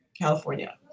California